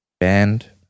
band